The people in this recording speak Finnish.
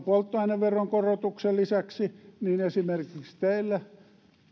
polttoaineveron korotuksen lisäksi sitten esimerkiksi teille